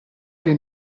che